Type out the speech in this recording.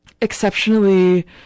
exceptionally